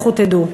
לכו תדעו.